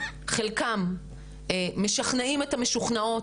חלקם משכנעים את המשוכנעות,